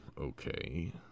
Okay